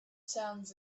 sounds